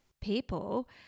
people